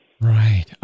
Right